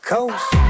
Coast